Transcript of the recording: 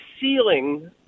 ceiling